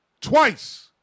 Twice